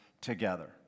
together